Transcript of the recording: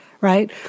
right